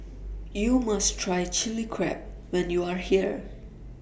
YOU must Try Chilli Crab when YOU Are here